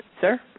Sir